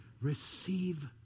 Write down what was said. receive